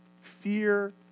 Fear